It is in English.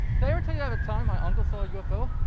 did i ever tell you have a time my uncle saw a ufo?